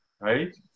right